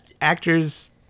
actors